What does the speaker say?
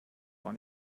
auch